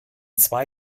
zwei